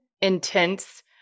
intense